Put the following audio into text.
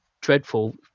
dreadful